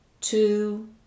two